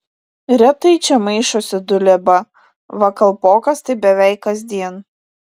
retai čia maišosi dulieba va kalpokas tai beveik kasdien